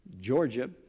Georgia